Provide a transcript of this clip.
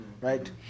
right